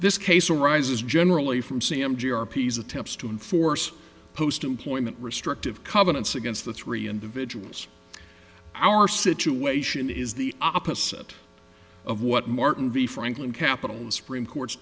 this case arises generally from c m g r p s attempts to enforce post employment restrictive covenants against the three individuals our situation is the opposite of what martin v franklin capitols supreme court's